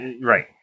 right